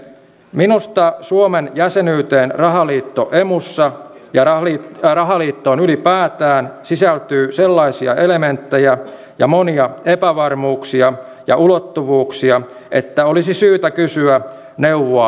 minusta suomen jäsenyyteen rahaliitto emussa ja rahaliittoon ylipäätään sisältyy sellaisia elementtejä ja monia epävarmuuksia ja ulottuvuuksia että olisi syytä kysyä neuvoa kansalta